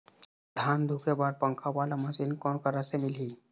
धान धुके बर पंखा वाला मशीन कोन करा से मिलही?